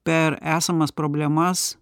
per esamas problemas